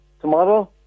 tomorrow